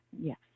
Yes